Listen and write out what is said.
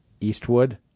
Eastwood